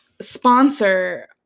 sponsor